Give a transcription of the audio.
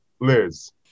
Liz